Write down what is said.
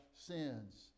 sins